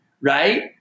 right